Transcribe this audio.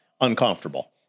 uncomfortable